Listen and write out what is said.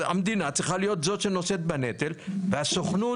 המדינה צריכה להיות זאת שנושאת בנטל והסוכנות